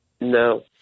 No